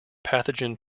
pathogen